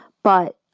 but